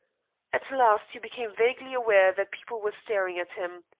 at last he became vaguely aware that people were staring at him.